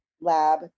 lab